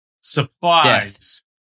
Supplies